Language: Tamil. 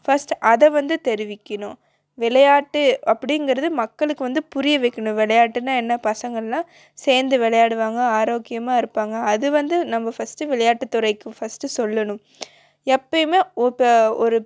ஃபஸ்ட் அதை வந்து தெரிவிக்கணும் விளையாட்டு அப்படிங்கிறது மக்களுக்கு வந்து புரிய வைக்கணும் விளையாட்டுன்னால் என்ன பசங்க எல்லாம் சேர்ந்து விளையாடுவாங்க ஆரோக்கியமாக இருப்பாங்க அது வந்து நம்ம ஃபஸ்ட்டு விளையாட்டுத்துறைக்கு ஃபஸ்ட்டு சொல்லணும் எப்போயுமே இப்போ ஒரு